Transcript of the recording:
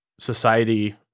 society